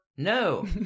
No